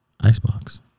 Icebox